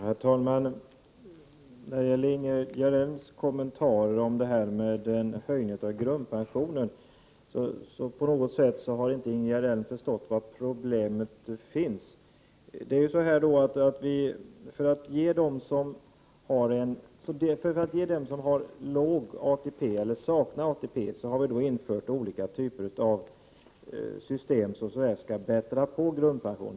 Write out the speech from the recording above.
Herr talman! När det gäller Ingegerd Elms kommentarer om höjningen av grundpensionen vill jag säga att hon inte tycks ha förstått var problemen finns. För att kompensera dem som har låg ATP eller saknar ATP har vi infört olika typer av system som skall bättra på grundpensionen.